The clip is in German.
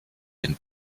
den